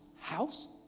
house